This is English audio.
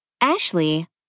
Ashley